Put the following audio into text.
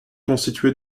constituée